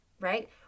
right